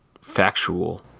factual